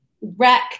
wreck